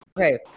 Okay